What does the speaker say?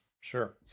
Sure